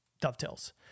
dovetails